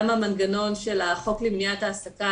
גם המנגנון של החוק למניעת העסקה,